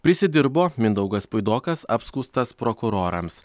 prisidirbo mindaugas puidokas apskųstas prokurorams